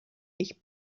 ich